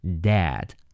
Dad